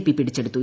P പിടിച്ചെടുത്തു